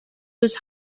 was